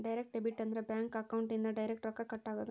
direct debit ಅಂದ್ರ bank account ಇಂದ direct ರೊಕ್ಕ ಕಟ್ ಆಗೋದು